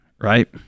right